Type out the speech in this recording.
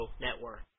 network